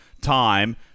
time